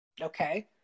Okay